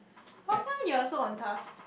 how come you also on task